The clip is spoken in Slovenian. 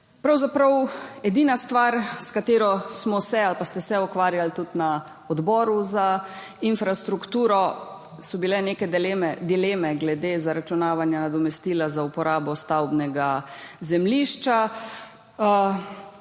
Pravzaprav edina stvar, s katero smo se ali pa ste se ukvarjali tudi na Odboru za infrastrukturo, okolje in prostor, so bile neke dileme glede zaračunavanja nadomestila za uporabo stavbnega zemljišča,